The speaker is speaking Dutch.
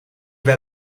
wel